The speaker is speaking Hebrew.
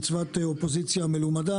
מצות אופוזיציה מלומדה,